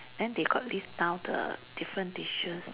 then they got list down the different dishes